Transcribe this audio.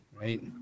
right